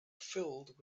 filled